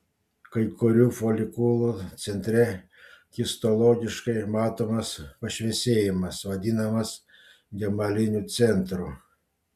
kai kurių folikulų centre histologiškai matomas pašviesėjimas vadinamas gemaliniu centru